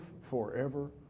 forever